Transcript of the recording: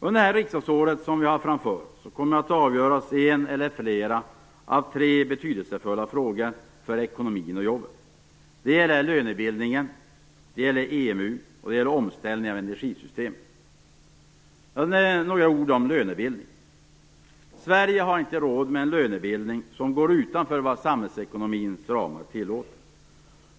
Under det riksdagsår som vi har framför oss kommer en eller flera av tre betydelsefulla frågor för ekonomin och jobben att avgöras. Det gäller lönebildningen, EMU och omställningen av energisystemet. Nu några ord om lönebildningen. Sverige har inte råd med en lönebildning som går utanför vad samhällsekonomins ramar tillåter.